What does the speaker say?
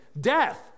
death